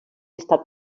estat